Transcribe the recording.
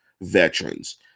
veterans